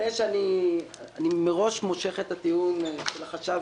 אני מראש מושך את הטיעון של החשב,